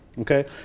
Okay